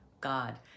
God